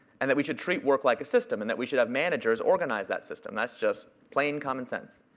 and that we should treat work like a system and that we should have managers organize that system. that's just plain common sense.